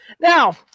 Now